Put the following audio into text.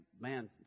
man